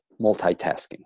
multitasking